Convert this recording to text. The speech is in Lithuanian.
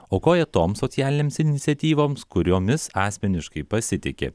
aukoja toms socialinėms iniciatyvoms kuriomis asmeniškai pasitiki